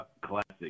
classic